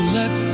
let